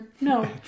no